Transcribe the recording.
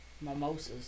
Mimosas